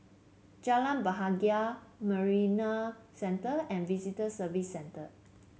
Jalan Bahagia Marina Centre and Visitor Services Centre